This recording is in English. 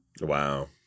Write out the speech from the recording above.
Wow